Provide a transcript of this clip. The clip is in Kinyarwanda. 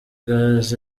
gaz